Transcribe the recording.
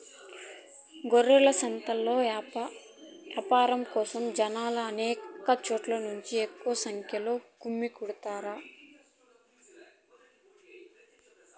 గొర్రెల సంతలో యాపారం కోసం జనాలు అనేక చోట్ల నుంచి ఎక్కువ సంఖ్యలో గుమ్మికూడతారు